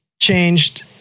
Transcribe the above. changed